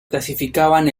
clasificaban